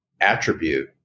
attribute